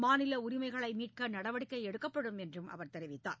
மாநில உரிமைகளை மீட்க நடவடிக்கை எடுக்கப்படும் என்றும் அவர் தெரிவித்தார்